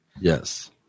yes